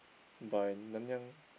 by Nanyang